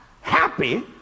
happy